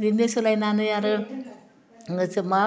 बिदिनो सोलायनानै आरो जों मा